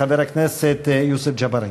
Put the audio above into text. חבר הכנסת יוסף ג'בארין.